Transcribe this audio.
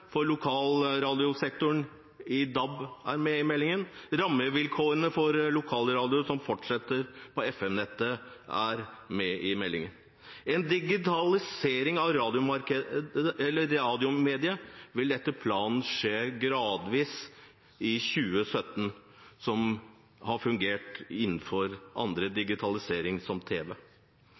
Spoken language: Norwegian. for lokalradiosektoren i DAB og rammevilkår for lokalradioer som fortsetter på FM-nettet. En digitalisering av radiomediet vil etter planen skje regionvis i 2017 og gradvis, noe som har fungert innenfor andre medier, som tv.